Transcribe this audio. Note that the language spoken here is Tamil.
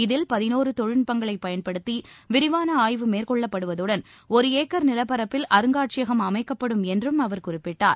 இதில் பதினோரு தொழில்நட்பங்களை பயன்படுத்தி விரிவான ஆய்வு மேற்கொள்ளப்படுவதுடன் ஒரு ஏக்கர் நிலப்பரப்பில் அருங்காட்சியகம் அமைக்கப்படும் என்றும் அவர் குறிப்பிட்டார்